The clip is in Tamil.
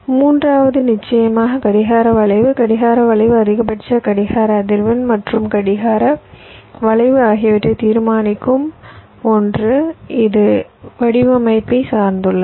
மூன்றாவது நிச்சயமாக கடிகார வளைவு கடிகார வளைவு அதிகபட்ச கடிகார அதிர்வெண் மற்றும் கடிகார வளைவு ஆகியவற்றை தீர்மானிக்கும் ஒன்று இது வடிவமைப்பையும் சார்ந்துள்ளது